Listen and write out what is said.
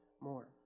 more